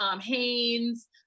Haynes